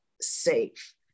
safe